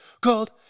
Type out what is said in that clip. called